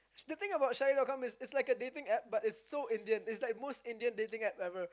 the thing about shadi is it's like a dating app but it's so Indian the most Indian dating app ever